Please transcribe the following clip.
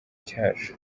cyacu